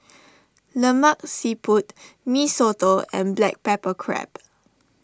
Lemak Siput Mee Soto and Black Pepper Crab